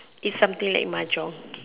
is something like Mahjong